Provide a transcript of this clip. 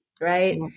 right